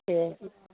दे